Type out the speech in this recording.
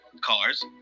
Cars